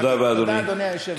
תודה, אדוני היושב-ראש.